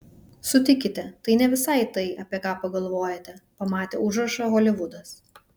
sutikite tai ne visai tai apie ką pagalvojate pamatę užrašą holivudas